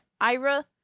ira